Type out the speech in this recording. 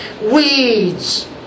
weeds